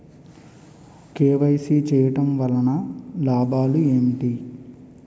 KYC చేయటం వలన లాభాలు ఏమిటి?